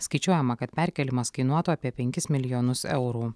skaičiuojama kad perkėlimas kainuotų apie penkis milijonas eurų